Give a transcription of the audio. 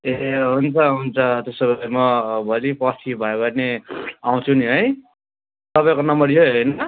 ए हुन्छ हुन्छ त्यसो भए म भोलि पर्सी भयो भने आउँछु नि है तपाईँको नम्बर यही होइन